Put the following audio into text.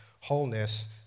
wholeness